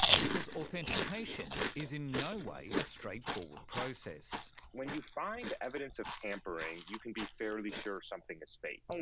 because authentication is in no way a straightforward process. when you find evidence of tampering, you can be fairly sure something is fake.